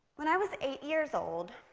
when i was eight years old,